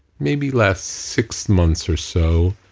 maybe last six months or so,